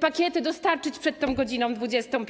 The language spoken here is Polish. pakiety dostarczyć przed tą godziną 21.